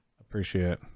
Appreciate